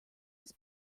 his